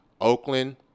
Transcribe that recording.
Oakland